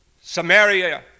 Samaria